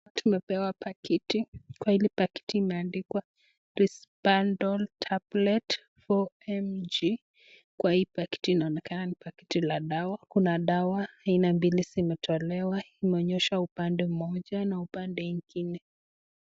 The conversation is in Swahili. Hapa tumepewa pakiti. Kwa hili pakiti imeandikwa Prisbundle Tablet 4mg. Kwa hii pakiti inaonekana ni pakiti la dawa. Kuna dawa aina mbili zimetolewa imeonyeshwa upande mmoja na upande ingine.